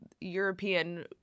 European